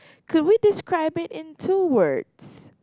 could we describe it in two words